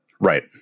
Right